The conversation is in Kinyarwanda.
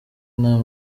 nta